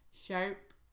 Sharp